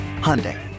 Hyundai